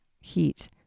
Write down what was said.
heat